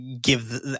give